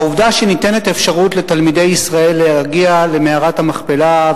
העובדה שניתנת אפשרות לתלמידי ישראל להגיע למערת המכפלה,